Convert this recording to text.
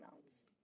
else